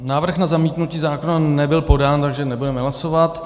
Návrh na zamítnutí zákona nebyl podán, takže nebudeme hlasovat.